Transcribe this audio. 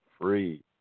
free